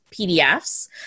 PDFs